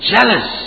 Jealous